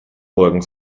morgen